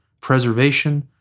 preservation